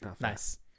nice